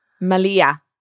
Malia